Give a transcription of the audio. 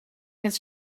his